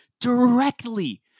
directly